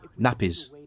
nappies